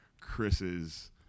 Chris's